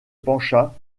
pencha